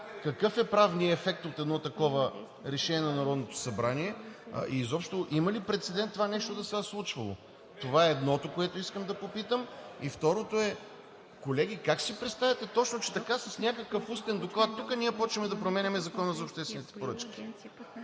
какъв е правният ефект от едно такова решение на Народното събрание и изобщо има ли прецедент това нещо да се е случвало? Това е едното, което искам да попитам и второто е, колеги, как си представяте точно, че така с някакъв устен доклад тука ние започваме да променяме Закона за обществените поръчки.